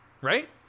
Right